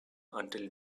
until